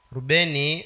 Rubeni